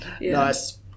Nice